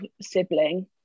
sibling